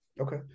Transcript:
Okay